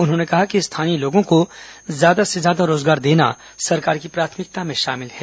उन्होंने कहा कि स्थानीय लोगों को ज्यादा से ज्यादा रोजगार देना सरकार की प्राथमिकता में शामिल है